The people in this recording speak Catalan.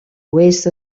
oest